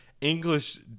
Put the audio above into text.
English